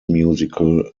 musical